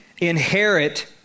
inherit